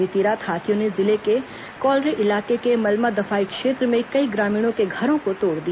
बीती रात हाथियों ने जिले के कॉलरी इलाके के मलमा दफाई क्षेत्र में कई ग्रामीणों के घरों को तोड़ दिया